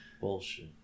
Bullshit